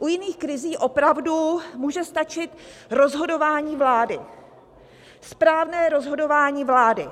U jiných krizí opravdu může stačit rozhodování vlády, správné rozhodování vlády.